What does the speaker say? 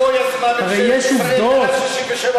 אין מלחמה שלא יזמה ממשלת ישראל מ-1967,